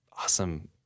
awesome